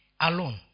alone